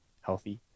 healthy